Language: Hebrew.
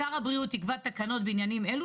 שר הבריאות יקבע תקנות בעניינים אלו